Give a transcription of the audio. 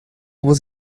was